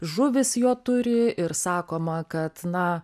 žuvys jo turi ir sakoma kad na